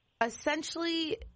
essentially